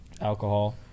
alcohol